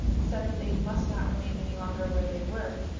said that they must not remain any longer where they were,